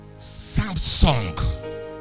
samsung